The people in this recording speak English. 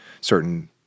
certain